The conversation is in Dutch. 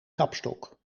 kapstok